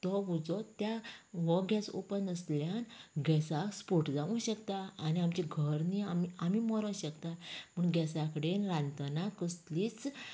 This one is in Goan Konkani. तो उजो त्या हो गॅस ओपन आसल्यार गॅसा स्पोट जावंक शकता आनी आमचें घर न्ही आनी आमी मरोंक शकता म्हूण गॅसा कडेन रांदतना कसलीच